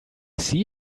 see